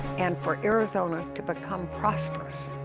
and for arizona to become prosperous.